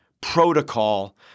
protocol